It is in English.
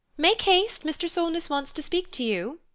make haste! mr. solness wants to speak to you.